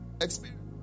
experience